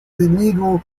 illegal